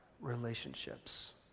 relationships